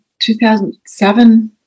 2007